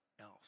else